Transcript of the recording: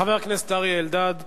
חבר הכנסת אריה אלדד,